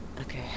Okay